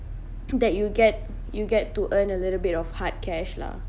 that you get you get to earn a little bit of hard cash lah